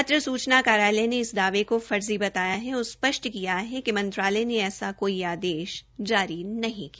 पत्र सूचना कार्यालय ने इस दावे को फर्जी बताया है और स्पष्ट किया है कि मंत्रालय ने ऐसा कोई आदेश जारी नहीं किया